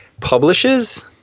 publishes